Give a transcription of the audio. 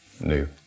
new